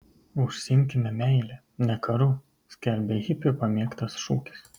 užsiimkime meile ne karu skelbė hipių pamėgtas šūkis